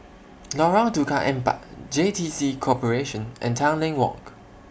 Lorong Tukang Empat J T C Corporation and Tanglin Walk